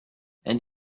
and